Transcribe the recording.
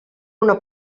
una